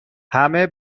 همه